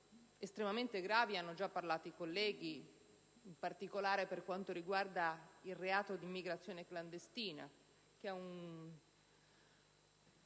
estremamente gravi hanno già parlato i colleghi, in particolare per quanto riguarda il reato di immigrazione clandestina, che è un